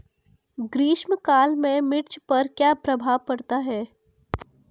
ग्रीष्म काल में मिर्च पर क्या प्रभाव पड़ता है?